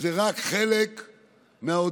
זה רק חלק מההודעות.